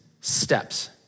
steps